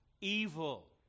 evil